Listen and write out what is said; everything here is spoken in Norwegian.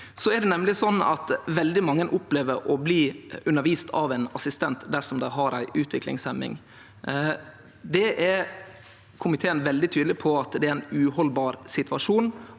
veldig mange opplever å bli underviste av ein assistent dersom dei har ei utviklingshemming. Komiteen er veldig tydeleg på at det er ein uhaldbar situasjon.